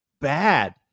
bad